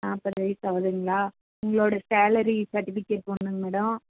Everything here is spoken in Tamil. நாற்பது வயது ஆகுதுங்களா உங்களோடய சேலரி செர்டிஃபிகேட்ஸ் வேணுங்க மேடோம்